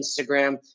Instagram